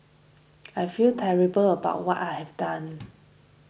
I feel terrible about what I have done